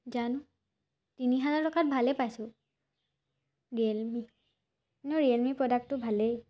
জানো তিনি হাজাৰ টকাত ভালেই পাইছোঁ ৰিয়েলমি এনেও ৰিয়েলমি প্ৰডাক্টটো ভালেই